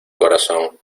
corazón